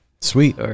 Sweet